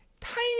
tiny